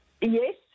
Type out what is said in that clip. Yes